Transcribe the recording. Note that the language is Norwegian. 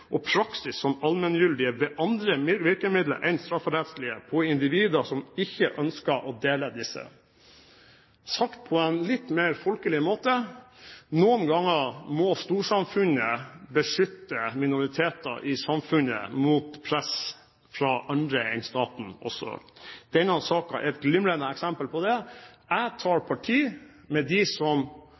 og praksis som allmenngyldige, ved andre virkemidler enn strafferettslige, på individer som ikke ønsker å dele disse. Sagt på en litt mer folkelig måte: Noen ganger må storsamfunnet også beskytte minoriteter i samfunnet mot press fra andre enn staten. Denne saken er et glimrende eksempel på det. Jeg tar parti for dem som